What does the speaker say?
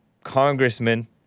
congressman